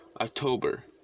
October